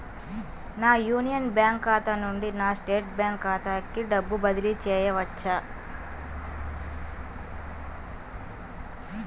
నా Union Bank ఖాతా నుండి నా స్టేట్ బ్యాంకు ఖాతాకి డబ్బు బదిలి చేయవచ్చా?